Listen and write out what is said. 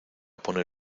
poner